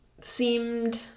seemed